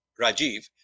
Rajiv